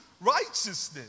righteousness